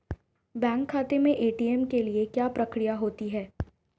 Bank खाते में ATM के लिए क्या प्रक्रिया होती है?